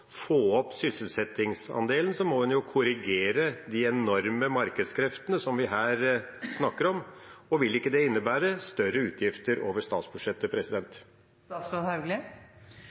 få opp sysselsettingsandelen, må en jo korrigere de enorme markedskreftene som vi her snakker om. Vil ikke det innebære større utgifter over statsbudsjettet?